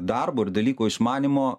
darbo ir dalyko išmanymo